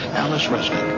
alice resnick,